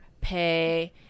pay